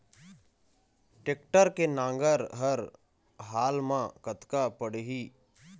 Tractor के नांगर हर हाल मा कतका पड़िही?